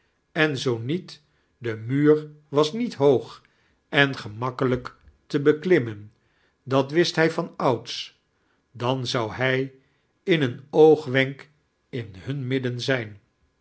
en zoo niet de muuir was niet hoog en gemakkelijk te beklimmen dat wist hij van ouds dan zou hij in een oogwenk in hun midden zijm